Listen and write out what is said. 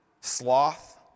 sloth